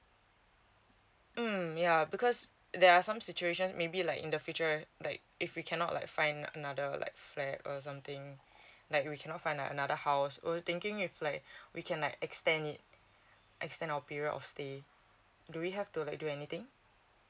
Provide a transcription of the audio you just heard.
mm yeah because there are some situations maybe like in the future like if we cannot like find another like flat or something like we cannot find another house oh thinking if like we can like extend it extend our period of stay do we have to like do anything